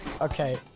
Okay